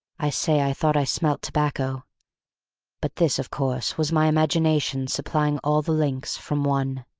i say i thought i smelt tobacco but this, of course, was my imagination supplying all the links from one.